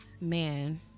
Man